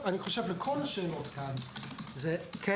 התשובה לכל השאלות כאן זה כן,